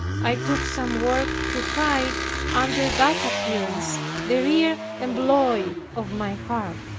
i took some work, to hide under that appearance the real employ of my heart.